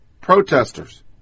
protesters